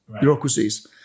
bureaucracies